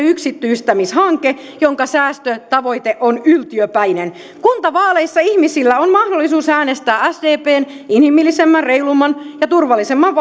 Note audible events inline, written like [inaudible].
[unintelligible] yksityistämishanke jonka säästötavoite on yltiöpäinen kuntavaaleissa ihmisillä on mahdollisuus äänestää sdpn inhimillisemmän reilumman ja turvallisemman [unintelligible]